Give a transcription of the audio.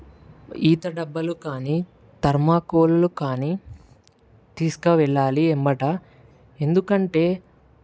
ఈత డబ్బాలు కానీ థర్మాకోల్లు కానీ తీసుకువెళ్ళాలి వెంబడి ఎందుకంటే